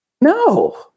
No